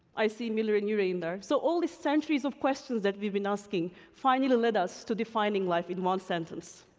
i see miller and urey in there, so all these centuries of questions that we've been asking finally led us to defining life in one sentence.